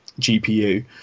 GPU